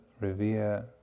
revere